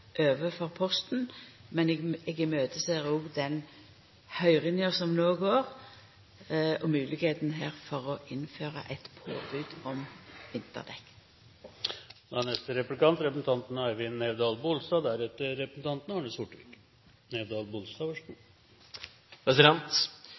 overfor Posten, men eg ser fram til høyringa som no går, og moglegheita her for å innføra eit påbod om